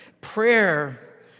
Prayer